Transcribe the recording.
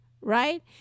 right